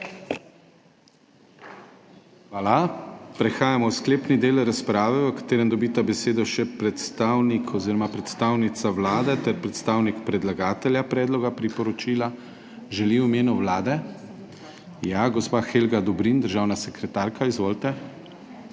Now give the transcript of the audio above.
Hvala. Prehajamo v sklepni del razprave v katerem dobita besedo še predstavnik oziroma predstavnica Vlade ter predstavnik predlagatelja predloga priporočila. Želi v imenu Vlade ja, gospa Helga Dobrin, **79. TRAK: (NB)